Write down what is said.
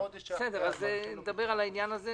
נדבר על זה,